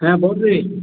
হ্যাঁ বলরে